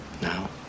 Now